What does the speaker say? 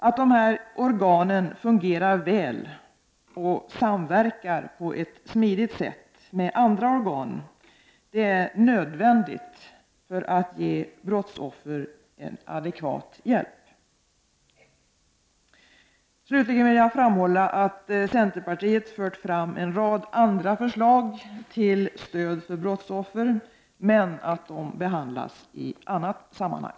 Att de här organen fungerar väl och samverkar på ett smidigt sätt med andra organ är en nödvändighet för att brottsoffer skall få adekvat hjälp. Slutligen vill jag framhålla att vi i centerpartiet också har fört fram en rad andra förslag till stöd för brottsoffer. Men dessa förslag behandlas i annat sammanhang.